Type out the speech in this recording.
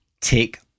take